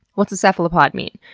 what does cephalopod mean?